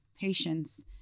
patience